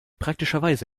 praktischerweise